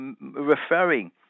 referring